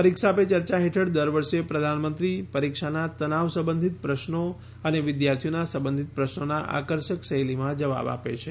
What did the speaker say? પરીક્ષા પે ચર્ચા હેઠળ દર વર્ષે પ્રધાનમંત્રી પરીક્ષાના તનાવ સંબંધિત પ્રશ્નો અને વિદ્યાર્થીઓના સંબંધિત પ્રશ્નોના આકર્ષક શૈલીમાં જવાબ આપે છે